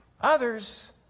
Others